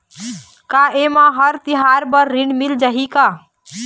का ये मा हर तिहार बर ऋण मिल जाही का?